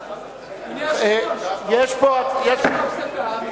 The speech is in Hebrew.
ביקשנו הפסקה.